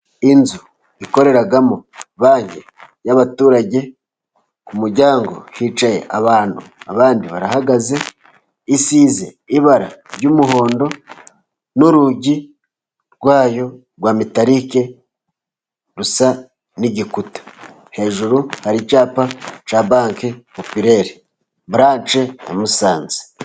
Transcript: Inzu yakoreragamo banki y'abaturage, ku muryango hicaye abantu, abandi barahagaze isize ibara ry'umuhondo, n' urugi rwayo rwa metalike rusa n'igikuta, hejuru haricyapa cya banki popirere buranche ya Musanze.